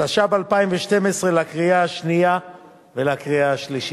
התשע"ב 2012, לקריאה שנייה ולקריאה שלישית.